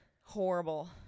horrible